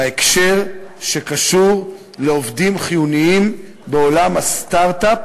בהקשר של עובדים חיוניים בעולם הסטרט-אפ